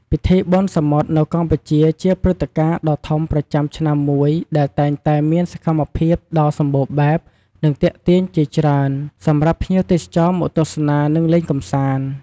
ពិធីបុណ្យសមុទ្រនៅកម្ពុជា ជាព្រឹត្តិការណ៍ដ៏ធំប្រចាំឆ្នាំមួយ ដែលតែងតែមានសកម្មភាពដ៏សម្បូរបែប និងទាក់ទាញជាច្រើន សម្រាប់ភ្ញៀវទេសចរមកទស្សនា និងលេងកម្សាន្ត។